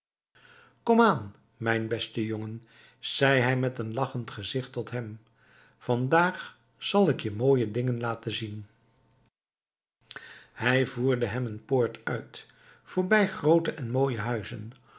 komaan mijn beste jongen zei hij met een lachend gezicht tot hem vandaag zal ik je mooie dingen laten zien hij voerde hem een poort uit voorbij groote en mooie huizen